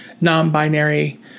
non-binary